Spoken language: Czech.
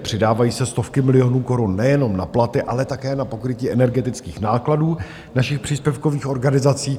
Přidávají se stovky milionů korun nejenom na platy, ale také na pokrytí energetických nákladů našich příspěvkových organizací.